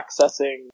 accessing